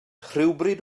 rhywbryd